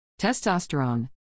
Testosterone